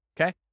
Okay